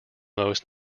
most